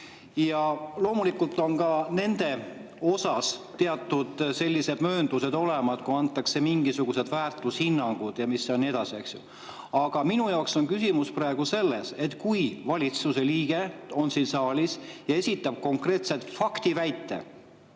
Loomulikult on ka nende osas teatud mööndused olemas, kui antakse edasi mingisuguseid väärtushinnanguid ja nii edasi. Aga minu jaoks on küsimus praegu selles, kui valitsuse liige on siin saalis ja esitab konkreetselt faktiväite.